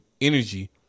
energy